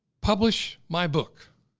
publish my book.